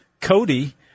Cody